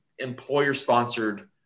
employer-sponsored